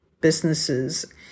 businesses